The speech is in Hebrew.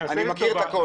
אני מכיר את הכול.